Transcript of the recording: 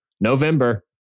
November